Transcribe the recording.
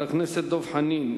חבר הכנסת דב חנין,